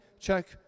check